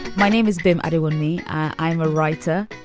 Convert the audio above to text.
my name is ben adequately. i am a writer.